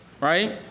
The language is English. right